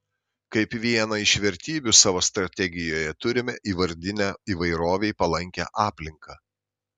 kaip vieną iš vertybių savo strategijoje turime įvardinę įvairovei palankią aplinką